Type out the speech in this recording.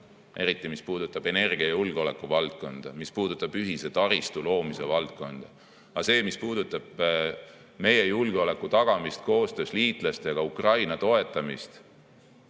eriti mis puudutab energia- ja julgeolekuvaldkonda, mis puudutab ühise taristu loomise valdkonda. Aga see, mis puudutab meie julgeoleku tagamist ja koostöös liitlastega Ukraina toetamist